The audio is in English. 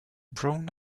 brown